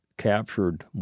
captured